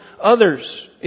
others